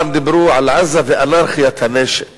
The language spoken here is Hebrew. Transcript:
אבל יש הרבה נשק